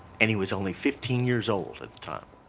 and he was only fifteen years old at the time.